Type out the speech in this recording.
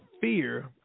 fear